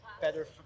better